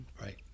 right